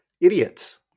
Idiots